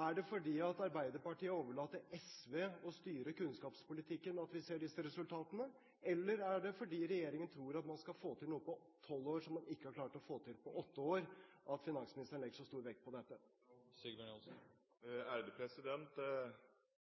Er det fordi Arbeiderpartiet har overlatt til SV å styre kunnskapspolitikken, at vi ser disse resultatene? Eller er det fordi regjeringen tror at man skal få til noe på tolv år som man ikke har klart å få til på åtte år, at finansministeren legger så stor vekt på dette?